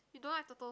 you don't like turtle